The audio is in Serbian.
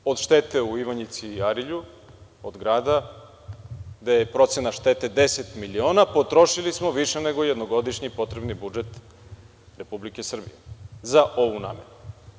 Samo od štete u Ivanjici ili Arilju od grada, gde je procena štete deset miliona, potrošili smo više nego jednogodišnji potrebni budžet Republike Srbije za ovu naknadu.